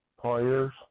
players